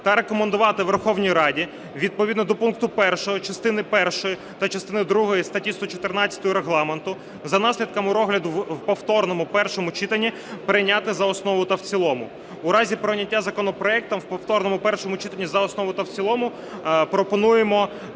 та рекомендувати Верховній Раді відповідно до пункту 1 частини першої та частини другої статті 114 Регламенту за наслідками розгляду в повторному першому читанні прийняти за основу та в цілому. У разі прийняття законопроекту в повторному першому читанні за основу та в цілому пропонуємо